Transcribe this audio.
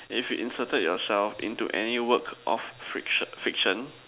if you inserted yourself into any work of fiction fiction